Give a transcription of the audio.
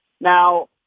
Now